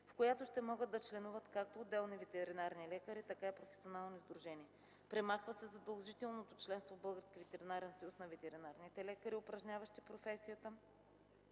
в която ще могат да членуват както отделни ветеринарни лекари, така и професионални сдружения. Премахва се задължителното членство в Българския ветеринарен съюз на ветеринарните лекари, упражняващи професията